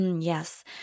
yes